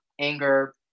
anger